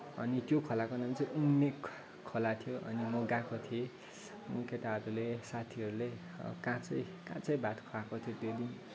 अनि त्यो खोलाको नाम चाहिँ उमेक खोला थियो अनि म गएको थिएँ केटाहरूले साथीहरूले काँचै काँचै भात खुवाएको थियो त्यो दिन